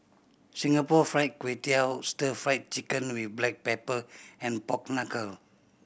Singapore Fried Kway Tiao Stir Fried Chicken with black pepper and pork knuckle